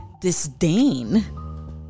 Disdain